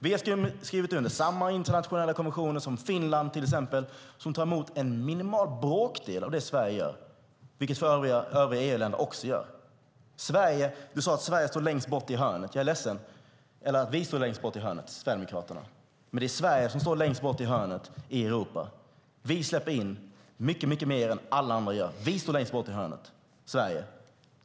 Vi har skrivit under samma internationella konventioner som till exempel Finland, som tar emot en bråkdel av det som Sverige gör, vilket för övrigt också gäller övriga EU-länder. Du sade att Sverigedemokraterna står längst bort i hörnet, men det är Sverige som står längst bort i hörnet i Europa. Vi släpper in många, många fler än alla andra. Vi, Sverige, står längst bort i hörnet.